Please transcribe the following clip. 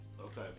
Okay